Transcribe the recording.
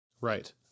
Right